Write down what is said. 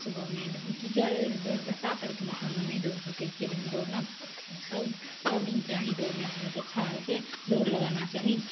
सुबहमे लेकिन कीचड़ बरसात आओरके मौसममे नहि दौड़ि सकै छी लेकिन दौड़ना तऽ सबदिन चाही दौड़नेसे बहुत अच्छा होइ छै दौड़ लगाना चाही